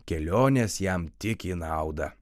kelionės jam tik į naudą